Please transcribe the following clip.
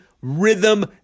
rhythm